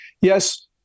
Yes